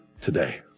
today